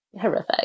Horrific